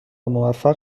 موفق